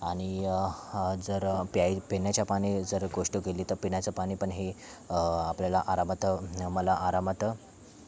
आणि जर प्याय पिण्याच्या पाणी जर गोष्ट केेली तर पिण्याचं पाणी पण हे आपल्याला आरामात मला आरामात